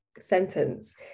sentence